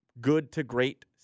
good-to-great